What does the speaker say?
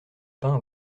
pin